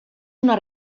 una